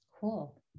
Cool